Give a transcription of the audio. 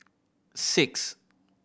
six